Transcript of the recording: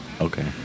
Okay